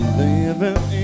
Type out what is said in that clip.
living